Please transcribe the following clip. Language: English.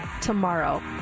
tomorrow